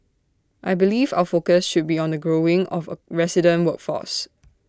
I believe of our focus should be on the growing of A resident workforce